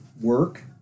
work